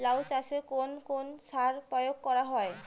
লাউ চাষে কোন কোন সার প্রয়োগ করা হয়?